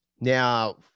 Now